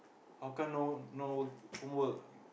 how come no no work work